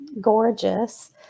gorgeous